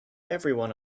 everyone